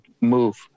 move